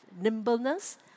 nimbleness